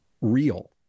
real